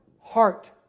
heart